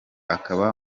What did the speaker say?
akaba